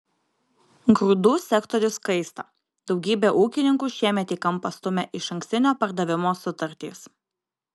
grūdų sektorius kaista daugybę ūkininkų šiemet į kampą stumia išankstinio pardavimo sutartys